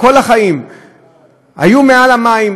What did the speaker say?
כל החיים היו מעל המים,